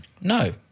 No